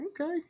Okay